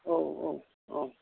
औ औ औ